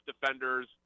defenders